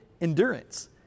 endurance